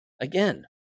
Again